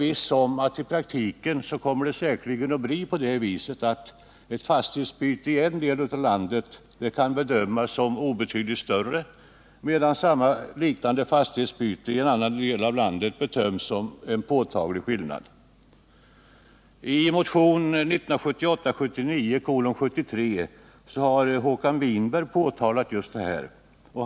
I praktiken kommer det säkerligen att bli så, att vid ett fastighetsbyte i en viss del av landet bedömningen blir ”obetydligt större”, medan vid ett liknande fastighetsbyte i annan del bedömningen blir ”en påtaglig skillnad”. I motionen 1978/79:73 har Håkan Winberg påtalat just detta förhållande.